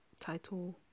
title